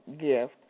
gift